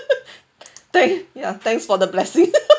thanks ya thanks for the blessing